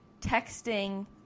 texting